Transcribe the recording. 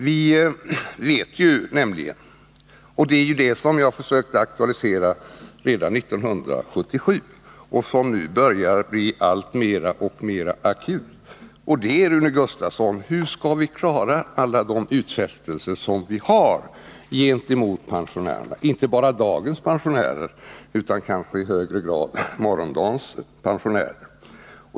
Vi vet nämligen — och det var ju det som jag försökte aktualisera redan 1977 men som nu börjar bli alltmer akut — att frågan är: Hur skall vi kunna klara alla de utfästelser som vi har gentemot pensionärerna? Det är inte bara dagens pensionärer, utan i kanske än högre grad morgondagens.